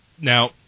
Now